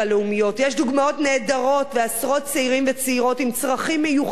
יש דוגמאות נהדרות של עשרות צעירים וצעירות עם צרכים מיוחדים,